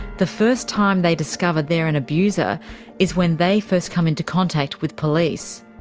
the first time they discover they're an abuser is when they first come into contact with police.